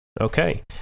Okay